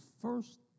first